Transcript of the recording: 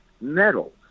metal